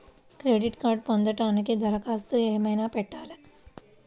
Credit కార్డ్ను పొందటానికి దరఖాస్తు ఏమయినా పెట్టాలా?